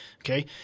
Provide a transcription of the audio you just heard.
okay